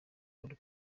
uhuru